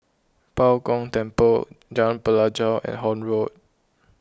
Bao Gong Temple Jalan Pelajau and Horne Road